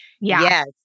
Yes